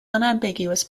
unambiguous